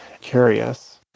curious